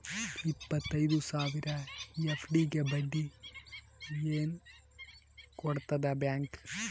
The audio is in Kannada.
ಇಪ್ಪತ್ತೈದು ಸಾವಿರ ಎಫ್.ಡಿ ಗೆ ಬಡ್ಡಿ ಏನ ಕೊಡತದ ಬ್ಯಾಂಕ್?